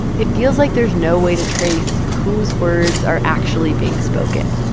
it feels like there's no way to trace whose words are actually being spoken